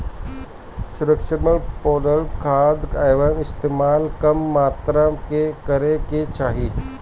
सूक्ष्म पोषक खाद कअ इस्तेमाल कम मात्रा में करे के चाही